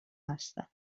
هستند